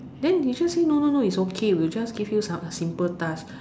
then they just say no no no it's okay we'll just give you some simple task